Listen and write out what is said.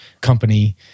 company